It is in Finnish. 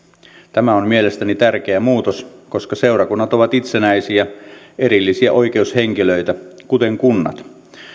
tämä on mielestäni tärkeä muutos koska seurakunnat ovat itsenäisiä erillisiä oikeushenkilöitä kuten kunnat